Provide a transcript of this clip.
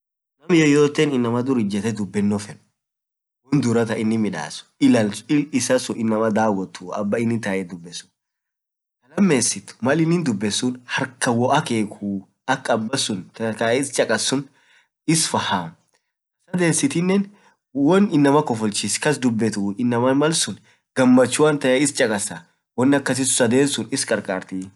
naam yoytee malin inama dur ijeno feed, woan duraa taa ininn midaas ill isaan haa inama dawotuu abaa ininn dubetuun suun, taa lamessit maalin dubeet suun harkaan hoo akeku ak abaa tae iss chakaas suun iss fahaam, taa sadesitinen haa woan inama kofolchisit kass dubetuu, inamaan malsuun gamachuan tae iss chakasaa.woan sadeen suun iss karkartii.